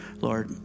Lord